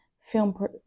film